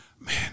man